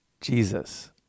Jesus